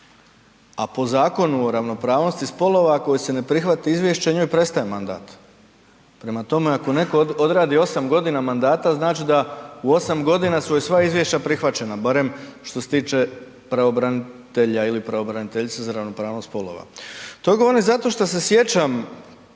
a po Zakonu o ravnopravnosti spolova, ako joj se ne prihvati izvješće, njoj prestaje mandat. Prema tome ako netko odradi 8 godina mandata znači da u 8 godina su joj sva izvješća prihvaćena, barem što se tiče pravobranitelja ili pravobraniteljice za ravnopravnost spolova. To govorim zato što se sjećam